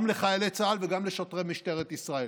גם לחיילי צה"ל וגם לשוטרי משטרת ישראל.